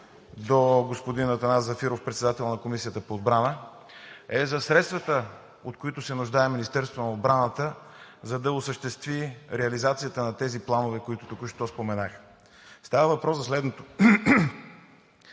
до господин Атанас Зафиров, председател на Комисията по отбрана, е за средствата, от които се нуждае Министерството на отбраната, за да осъществи реализацията на тези планове, които току-що споменах. Става въпрос за следното: